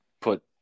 put